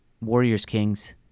Warriors-Kings